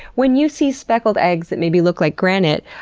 when you see speckled eggs that maybe look like granite,